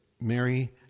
Mary